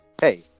hey